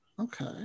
Okay